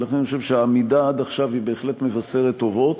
ולכן אני חושב שהעמידה עד עכשיו היא בהחלט מבשרת טובות.